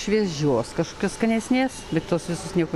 šviežios kažkokios skanesnės lyg tos visos nieko